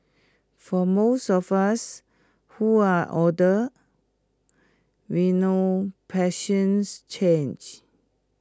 for most of us who are older we know passions change